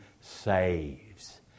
saves